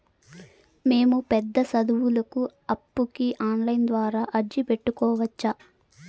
మేము పెద్ద సదువులకు అప్పుకి ఆన్లైన్ ద్వారా అర్జీ పెట్టుకోవచ్చా?